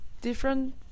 different